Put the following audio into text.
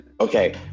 Okay